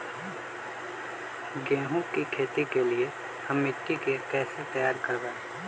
गेंहू की खेती के लिए हम मिट्टी के कैसे तैयार करवाई?